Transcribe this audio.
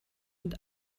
mit